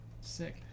Sick